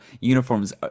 uniforms